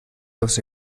dos